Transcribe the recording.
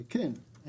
כן.